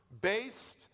based